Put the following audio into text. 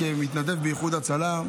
כמתנדב באיחוד הצלה,